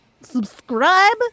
Subscribe